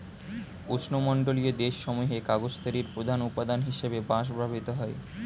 উষ্ণমণ্ডলীয় দেশ সমূহে কাগজ তৈরির প্রধান উপাদান হিসেবে বাঁশ ব্যবহৃত হয়